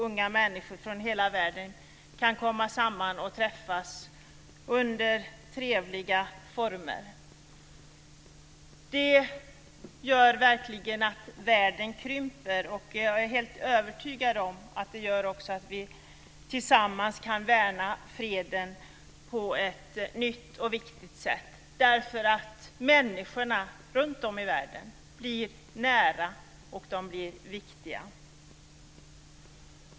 Unga människor från hela världen kan komma samman och träffas under trevliga former. Det gör verkligen att världen krymper, och jag är helt övertygad om att det också gör att vi tillsammans kan värna freden på ett nytt och viktigt sätt eftersom människorna runtom i världen blir nära och viktiga.